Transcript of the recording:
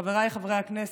חבריי חברי הכנסת,